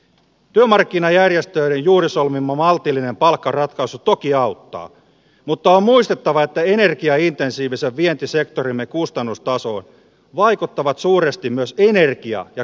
työmarkkinajärjestöjen juuri solmima maltillinen palkkaratkaisu toki auttaa mutta on muistettava että energiaintensiivisen vientisektorimme kustannustasoon vaikuttavat suuresti myös energia ja kuljetuskustannukset